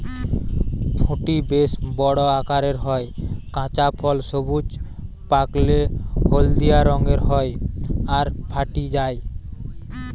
ফুটি বেশ বড় আকারের হয়, কাঁচা ফল সবুজ, পাকলে হলদিয়া রঙের হয় আর ফাটি যায়